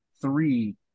three